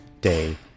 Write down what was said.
day